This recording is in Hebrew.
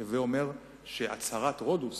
הווי אומר שהצהרת רודוס